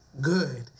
good